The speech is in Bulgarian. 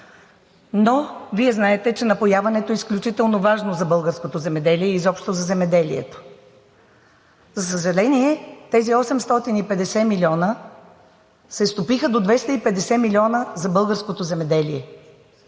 Но Вие знаете, че напояването е изключително важно за българското земеделие и изобщо за земеделието. За съжаление, тези 850 милиона се стопиха до 250 милиона за българското земеделие.